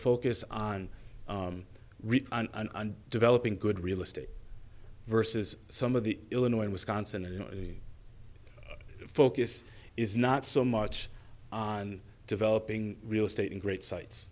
focus on developing good real estate versus some of the illinois wisconsin and focus is not so much on developing real estate in great sites